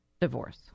divorce